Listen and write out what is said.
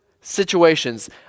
situations